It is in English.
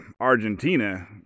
Argentina